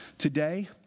Today